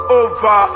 over